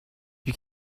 you